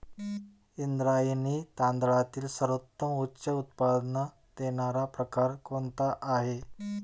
इंद्रायणी तांदळातील सर्वोत्तम उच्च उत्पन्न देणारा प्रकार कोणता आहे?